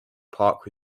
park